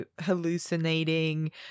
hallucinating